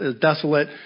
desolate